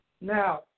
Now